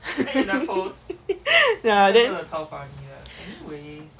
ya then you